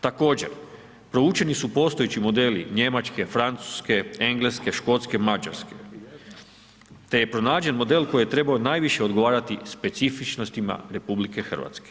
Također, proučeni su postojeći modeli, Njemačke, Francuske, Engleske, Škotske, Mađarske, te je pronađen model koji je trebao najviše odgovarati specifičnosti RH.